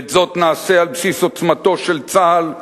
ואת זאת נעשה על בסיס עוצמתו של צה"ל,